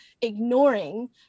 ignoring